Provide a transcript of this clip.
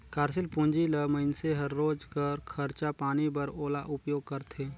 कारसील पूंजी ल मइनसे हर रोज कर खरचा पानी बर ओला उपयोग करथे